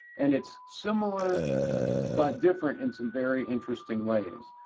and it's similar but different in some very interesting ways,